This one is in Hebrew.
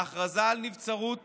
ההכרזה על נבצרות